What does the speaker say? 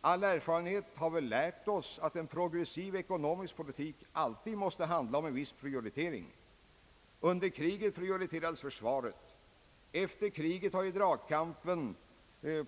All erfarenhet har väl lärt oss, att en progressiv ekonomisk politik alltd måste handla om en viss prioritering. Under kriget prioriterades försvaret. Efter kriget har ju en dragkamp